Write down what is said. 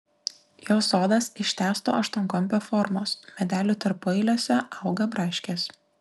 jo sodas ištęsto aštuonkampio formos medelių tarpueiliuose auga braškės